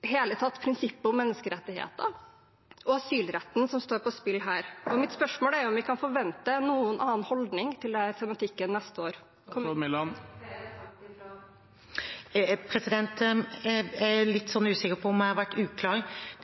det hele tatt prinsippet om menneskerettigheter og asylretten som står på spill her. Mitt spørsmål er om vi kan forvente en annen holdning til denne tematikken neste år – kommer vi til å hente flere enn 50? Jeg er litt usikker på om jeg har vært uklar.